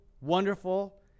wonderful